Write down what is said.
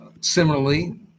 similarly